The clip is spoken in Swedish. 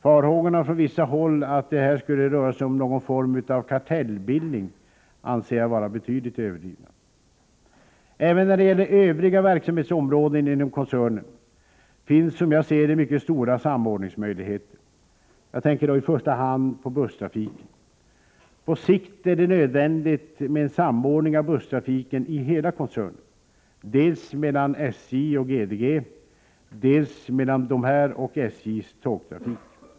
Farhågorna från vissa håll om att det skulle röra sig om någon form av kartellbildning anser jag vara betydligt överdrivna. Även när det gäller övriga verksamhetsområden inom koncernen finns, som jag ser det, mycket stora samordningsmöjligheter. Jag tänker då i första hand på busstrafiken. På sikt är det nödvändigt med en samordning av busstrafiken i hela koncernen — dels mellan SJ och GDG, dels mellan dessa och SJ:s tågtrafik.